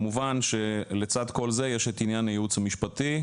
כמובן שלצד כל זה יש את עניין הייעוץ המשפטי.